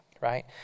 right